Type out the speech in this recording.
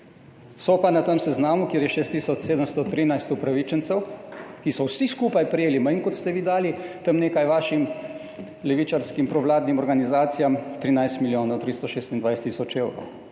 so pa na tem seznamu, kjer je šest tisoč 713 upravičencev, ki so vsi skupaj prejeli manj, kot ste vi dali tem nekaj vašim levičarskim provladnim organizacijam, 13 milijonov 326 tisoč evrov.